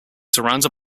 surrounded